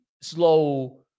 slow